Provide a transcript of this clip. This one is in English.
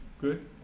Good